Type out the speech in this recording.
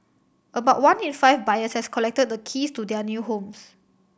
about one in five buyers has collected the keys to their new homes